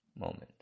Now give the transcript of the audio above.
moment